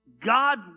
God